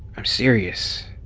i'm serious.